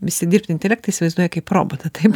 visi dirbtinį intelektą įsivaizduoja kaip robotą taip